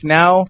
now